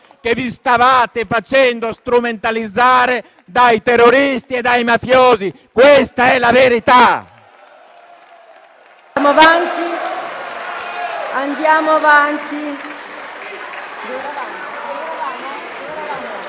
che vi stavate facendo strumentalizzare dai terroristi e dai mafiosi. Questa è la verità. *(Applausi.